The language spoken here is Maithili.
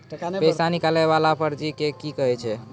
पैसा निकाले वाला पर्ची के की कहै छै?